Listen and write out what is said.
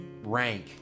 rank